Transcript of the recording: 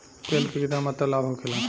तेल के केतना मात्रा लाभ होखेला?